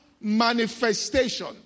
manifestation